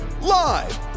Live